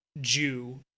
Jew